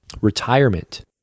retirement